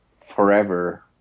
forever